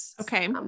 Okay